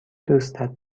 دوستت